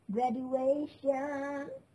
graduation